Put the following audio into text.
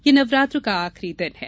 यह नवरात्र का आखिरी दिन है